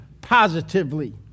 positively